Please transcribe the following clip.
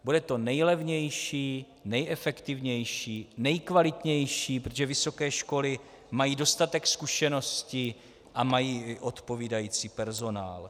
Bude to nejlevnější, nejefektivnější, nejkvalitnější, protože vysoké školy mají dostatek zkušeností a mají i odpovídající personál.